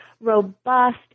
robust